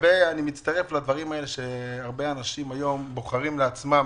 אני מצטרף לדברים האלה שהרבה אנשים היום בוחרים לעצמם